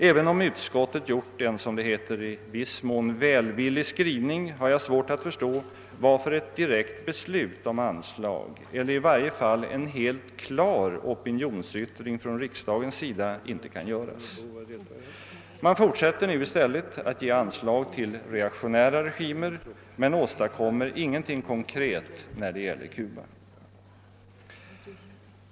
även om utskottet gjort en som det heter i viss mån välvillig skrivning, har jag svårt att förstå varför ett direkt beslut om anslag eller i varje fall en helt klar opinionsyttring från riksdagens sida inte kan göras. Man fortsätter nu i stället att ge anslag till reaktionära regimer men åstadkommer ingenting konkret när det gäller Cuba.